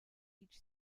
each